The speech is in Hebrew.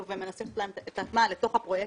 ומנסים לתת להם את ההטמעה לתוך הפרויקטים.